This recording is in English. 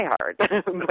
hard